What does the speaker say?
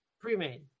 Pre-made